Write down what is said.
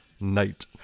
Night